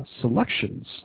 selections